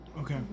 okay